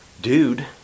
dude